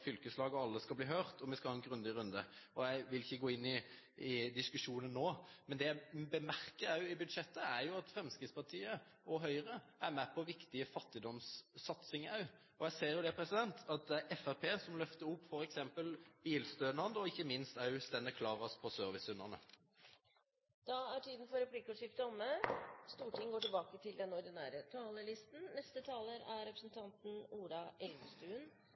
fylkeslag og alle skal bli hørt, og vi skal ha en grundig runde. Jeg vil ikke gå inn i diskusjonen nå, men det jeg legger merke til også i budsjettet, er at Fremskrittspartiet og Høyre er med på viktige fattigdomssatsinger også, og jeg ser at Fremskrittspartiet løfter opp f.eks. bilstønaden og ikke minst også er de som er klarest når det gjelder servicehundene. Replikkordskiftet er dermed omme. Venstre er dessverre ikke representert i arbeids- og sosialkomiteen. Vi har således ikke hatt mulighet til